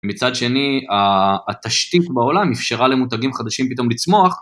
מצד שני, התשתית בעולם אפשרה למותגים חדשים פתאום לצמוח.